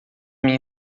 minha